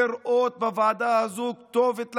לראות בוועדה הזו כתובת להם.